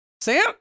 Sam